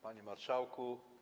Panie Marszałku!